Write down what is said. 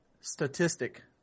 statistic